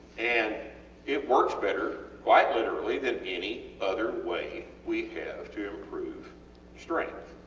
and it works better quite literally than any other way we have to improve strength.